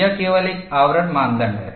यह केवल एक आवरण मानदंड है